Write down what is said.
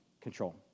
control